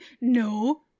No